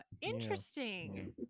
interesting